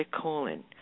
colon